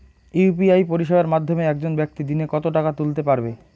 UPI পরিষেবার মাধ্যমে একজন ব্যাক্তি দিনে কত টাকা তুলতে পারবে?